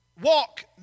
walk